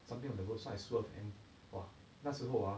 something on the roadside is food and !wah! 那时候啊